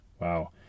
Wow